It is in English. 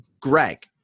Greg